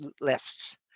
lists